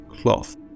cloth